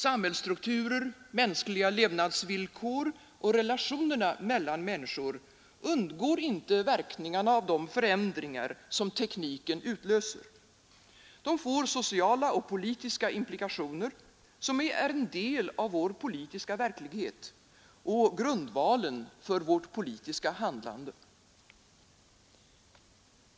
Samhällsstrukturer, mänskliga levnadsvillkor och relationerna mellan människor undgår inte verkningarna av de förändringar som tekniken utlöser; de får sociala och politiska implikationer som är en del av vår politiska verklighet och grundvalen för vårt politiska handlande.